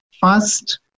first